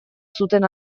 zuten